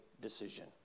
decision